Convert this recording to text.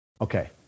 Okay